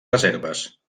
reserves